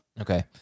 Okay